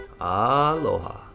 Aloha